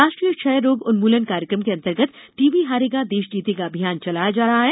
राष्ट्रीय क्षय रोग उन्मुलन कार्यक्रम के अंतर्गत टीबी हारेगा देश जीतेगा अभियान चलाया जा रहा है